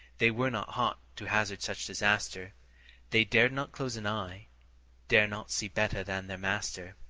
they were not hot to hazard such disaster they dared not close an eye dared not see better than their master.